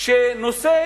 שנושא